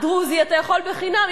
אם אתה דרוזי, אתה יכול בחינם.